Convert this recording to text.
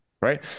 right